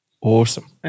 Awesome